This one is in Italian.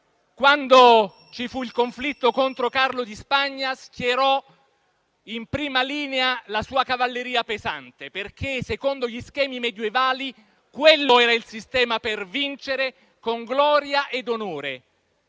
quando ci fu il conflitto contro Carlo di Spagna, schierò in prima linea la sua cavalleria pesante, perché secondo gli schemi medievali quello era il sistema per vincere con gloria e onore;